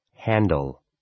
Handle